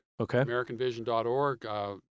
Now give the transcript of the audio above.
AmericanVision.org